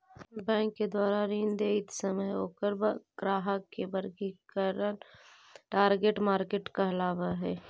bank के द्वारा ऋण देइत समय ओकर ग्राहक के वर्गीकरण टारगेट मार्केट कहलावऽ हइ